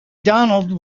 donald